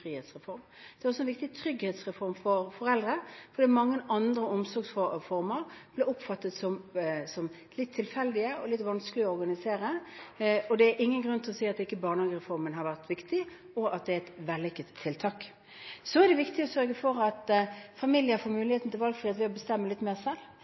frihetsreform. Det er også en viktig trygghetsreform for foreldre fordi mange andre omsorgsformer blir oppfattet som litt tilfeldige og litt vanskelige å organisere. Det er ingen grunn til å si at ikke barnehagereformen har vært viktig, og at det har vært et vellykket tiltak. Så er det viktig å sørge for at familier får